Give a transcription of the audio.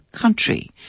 country